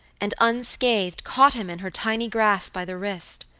and unscathed, caught him in her tiny grasp by the wrist.